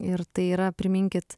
ir tai yra priminkit